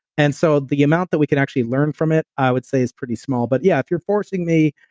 and so the amount that we can actually learn from it, i would say, is pretty small but yeah, if you're forcing the,